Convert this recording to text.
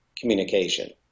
communication